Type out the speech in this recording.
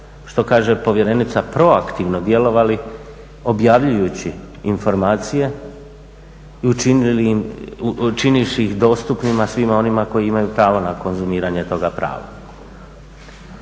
što kaže povjerenica proaktivno djelovali objavljujući informacije učinivši ih dostupnima svima onima koji imaju pravo na konzumiranje toga prava.